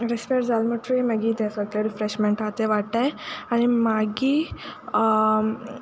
respire जाल मुटरी मागी तें सोगळें रिफ्रेशमेंट आहा तें वांट्टाय आनी मागीर